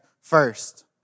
first